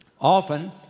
Often